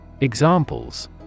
Examples